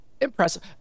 Impressive